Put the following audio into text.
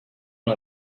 one